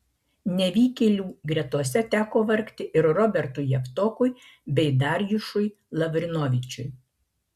nevykėlių gretose teko vargti ir robertui javtokui bei darjušui lavrinovičiui